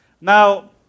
Now